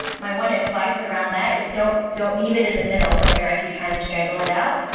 my one advice around that is don't don't leave it in the middle when you're actually trying to strangle it out.